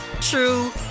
true